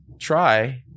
try